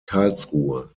karlsruhe